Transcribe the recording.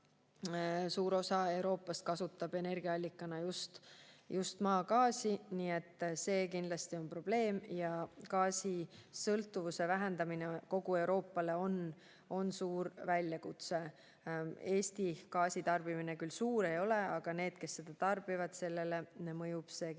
Suur osa Euroopast kasutab energiaallikana just maagaasi. See on kindlasti probleem ja gaasisõltuvuse vähendamine on kogu Euroopale suur väljakutse. Eesti gaasitarbimine küll suur ei ole, aga neile, kes seda tarbivad, on see kindlasti